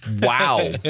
Wow